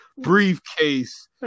briefcase